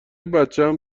بچم